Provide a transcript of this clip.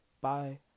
Bye